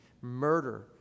murder